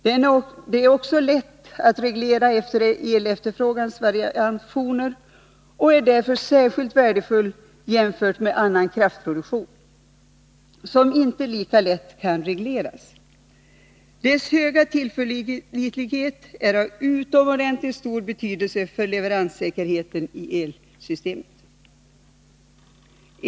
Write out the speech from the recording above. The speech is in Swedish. Den är också lätt att reglera efter elefterfrågans variationer och är därför värdefull jämfört med annan kraftproduktion, som inte lika lätt kan regleras. Dess höga tillförlitlighet är av utomordentligt stor betydelse för leveranssäkerheten i elsystemet.